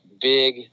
big